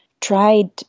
tried